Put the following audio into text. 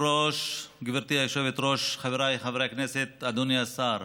גברתי היושבת-ראש, חבריי חברי הכנסת, אדוני השר,